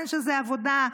בין שזה עבודה,